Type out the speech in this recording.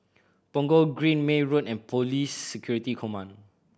Punggol Green May Road and Police Security Command